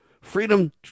Freedom